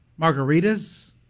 Margaritas